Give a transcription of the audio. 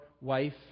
wife